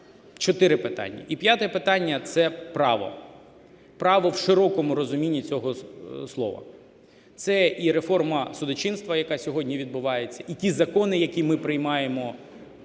чотири питання. І п'яте питання – це право. Право в широкому розумінні цього слова. Це і реформа судочинства, яка сьогодні відбувається. І ті закони, які ми приймаємо